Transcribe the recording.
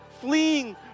fleeing